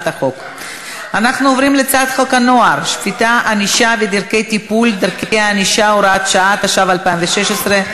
(עבודת שירות, בדיקות סמים), התשע"ו 2016,